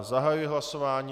Zahajuji hlasování.